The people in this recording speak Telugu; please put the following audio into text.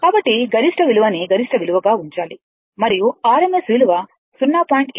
కాబట్టి గరిష్ట విలువని గరిష్ట విలువగా ఉంచాలి మరియు RMS విలువ 0